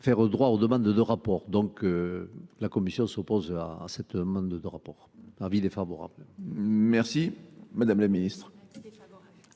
faire droit aux demandes de rapport. Donc, la Commission s'oppose à cette demande de rapport. Avis défavorables. Merci, Madame la Ministre.